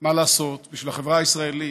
מה לעשות, בשביל החברה הישראלית,